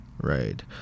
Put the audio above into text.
Right